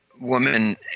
woman